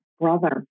brother